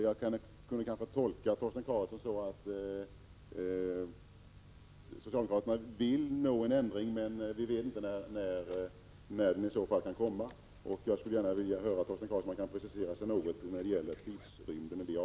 Jag kanske kan tolka Torsten Karlsson så att socialdemokraterna vill ha en ändring men inte vet när den i så fall skall komma. Jag vill gärna höra om Torsten Karlsson kan precisera sig något när det gäller tidpunkten.